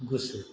गुसु